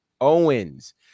Owens